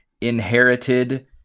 inherited